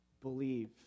Believe